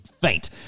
fate